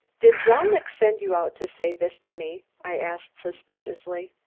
did zalnitch send you out to say this to me? i asked suspiciously.